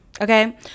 okay